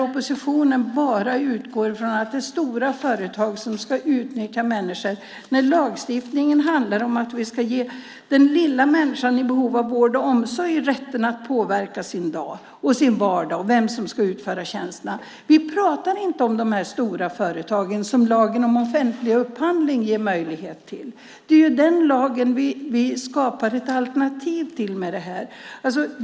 Oppositionen utgår från att det är stora företag som ska utnyttja människor, men lagstiftningen handlar om att vi ska ge den lilla människan i behov av vård och omsorg rätten att påverka sin vardag och vem som ska utföra tjänsterna. Vi pratar inte om de stora företagen, som lagen om offentlig upphandling ger möjlighet till. Det är ju den lagen vi skapade ett alternativ till med det här.